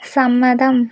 സമ്മതം